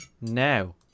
now